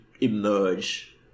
emerge